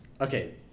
Okay